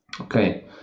Okay